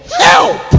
Help